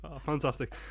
Fantastic